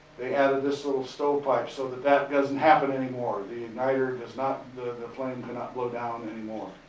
they added this little stove pipe so that that doesn't happen anymore. the igniter does not, the flame cannot blow down anymore.